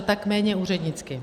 Tak méně úřednicky.